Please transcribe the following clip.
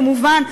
כמובן,